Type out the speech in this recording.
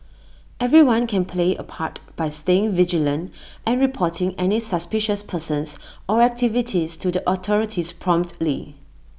everyone can play A part by staying vigilant and reporting any suspicious persons or activities to the authorities promptly